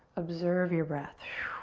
observe your breath.